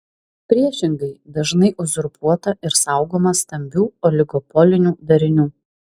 priešingai dažnai uzurpuota ir saugoma stambių oligopolinių darinių